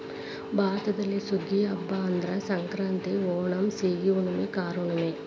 ಭಾರತದಲ್ಲಿ ಸುಗ್ಗಿಯ ಹಬ್ಬಾ ಅಂದ್ರ ಸಂಕ್ರಾಂತಿ, ಓಣಂ, ಸೇಗಿ ಹುಣ್ಣುಮೆ, ಕಾರ ಹುಣ್ಣುಮೆ